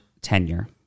tenure